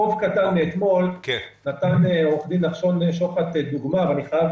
חוב קטן מאתמול: עו"ד נחשון שוחט נתן דוגמה ואני חייב